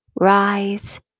rise